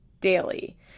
Daily